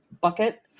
bucket